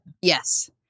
Yes